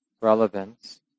relevance